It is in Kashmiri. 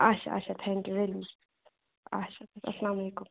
اچھا اچھا تھینٛکوٗ ویری مچ اچھا اسلامُ علیکُم